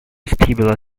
vestibular